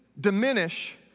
diminish